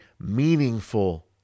meaningful